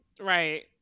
Right